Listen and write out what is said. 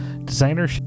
Designer